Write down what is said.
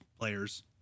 players